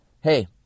Hey